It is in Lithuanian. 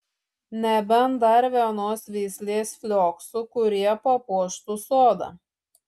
nebent dar vienos veislės flioksų kurie papuoštų sodą